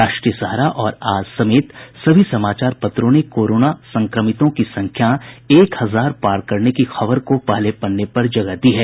राष्ट्रीय सहारा और आज समेत सभी समाचार पत्रों ने कोरोना संक्रमितों की संख्या एक हजार पार करने की खबर को पहले पन्ने पर जगह दी है